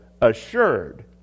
assured